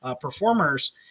performers